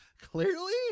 Clearly